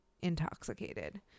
intoxicated